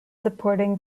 supporting